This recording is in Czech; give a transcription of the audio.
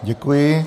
Děkuji.